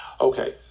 Okay